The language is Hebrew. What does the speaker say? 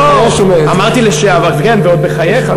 לא, אמרתי לשעבר, ועוד בחייך.